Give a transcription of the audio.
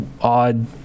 odd